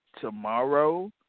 tomorrow